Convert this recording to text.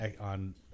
on